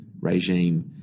regime